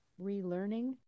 relearning